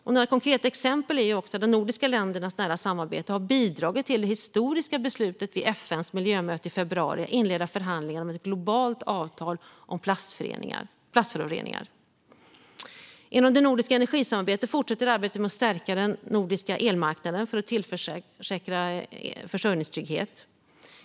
Ett konkret exempel är att de nordiska ländernas nära samarbete har bidragit till det historiska beslutet vid FN:s miljömöte i februari att inleda förhandlingar om ett globalt avtal om plastföroreningar. Genom det nordiska energisamarbetet fortsätter arbetet med att stärka den nordiska elmarknaden för att tillförsäkra försörjningstrygghet.